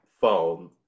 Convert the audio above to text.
phone